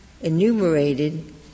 enumerated